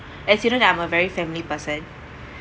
as you know that I'm a very family person